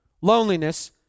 loneliness